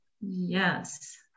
Yes